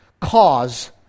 cause